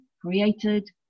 created